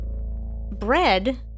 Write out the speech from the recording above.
bread